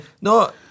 No